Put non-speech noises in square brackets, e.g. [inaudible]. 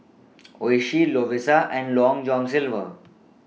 [noise] Oishi Lovisa and Long John Silver